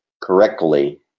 correctly